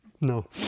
No